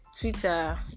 Twitter